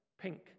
Pink